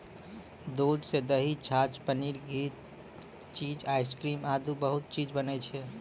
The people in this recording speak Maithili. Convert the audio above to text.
दूध सॅ दही, छाछ, पनीर, घी, चीज, आइसक्रीम आदि बहुत चीज बनै छै